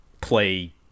play